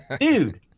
Dude